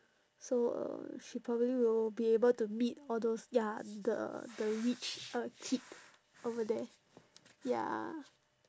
so uh she probably will be able to meet all those ya the the rich uh kid over there ya